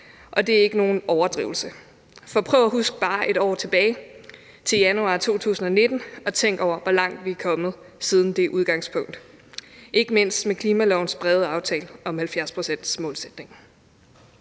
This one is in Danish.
og det er ikke nogen overdrivelse. For prøv at husk bare et år tilbage til januar 2019, og tænk over, hvor langt vi er kommet siden det udgangspunkt, ikke mindst med klimalovens brede aftale om 70-procentsmålsætningen.